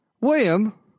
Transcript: William